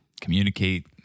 communicate